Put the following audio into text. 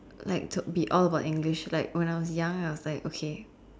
like to be all about English like when I was young I was like okay